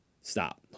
stop